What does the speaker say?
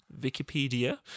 Wikipedia